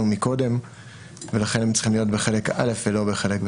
מקודם ולכן הם צריכים להיות בחלק א' ולא בחלק ב'.